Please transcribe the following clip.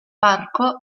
parco